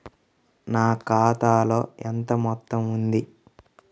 నా ఖాతాలో ఎంత మొత్తం ఉంది?